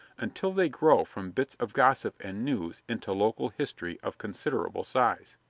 until they grow from bits of gossip and news into local history of considerable size.